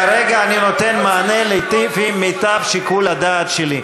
כרגע אני נותן מענה לפי מיטב שיקול הדעת שלי.